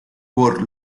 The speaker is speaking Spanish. por